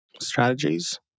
strategies